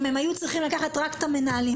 אם הם היו צריכים לקחת רק את המנהלים,